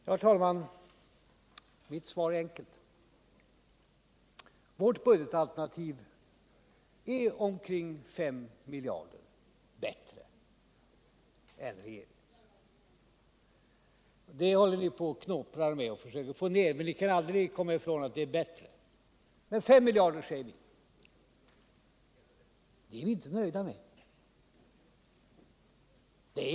Herr talman! Mitt svar är enkelt: Vårt budgetalternativ är omkring 5 miljarder bättre än regeringens. Det håller ni på att knåpa med för att försöka få ner det, men ni kan aldrig komma ifrån att det är bättre — 5 miljarder bättre, låt oss säga det — än ert förslag. Det är vi inte nöjda med.